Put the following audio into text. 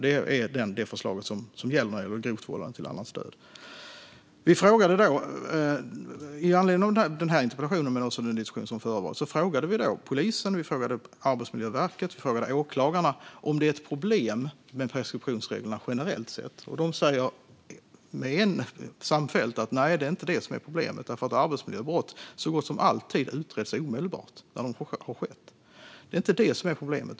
Det är det förslag som finns när det gäller grovt vållande till annans död. Med anledning av den här interpellationen men också den diskussion som förevarit frågade vi polisen, Arbetsmiljöverket och åklagarna om det är ett problem med preskriptionsreglerna generellt sett. De säger samfällt att det inte är det som är problemet därför att arbetsmiljöbrott så gott som alltid utreds omedelbart när de har skett. Det är inte det som är problemet.